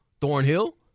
Thornhill